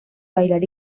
bailar